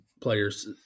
players